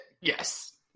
Yes